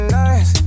nice